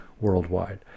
worldwide